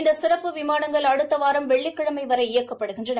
இந்த சிறப்பு விமானங்கள் அடுத்த வாரம் வெள்ளிக்கிழமை வரை இயக்கப்படுகின்றன